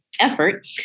effort